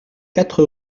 quatre